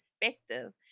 perspective